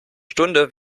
stunde